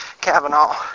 Cavanaugh